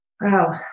Wow